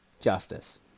justice